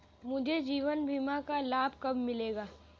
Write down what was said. मुझे जीवन बीमा का लाभ कब मिलेगा?